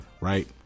right